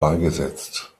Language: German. beigesetzt